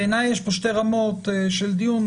בעיניי, יש פה שתי רמות של דיון.